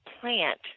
plant